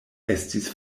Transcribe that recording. estis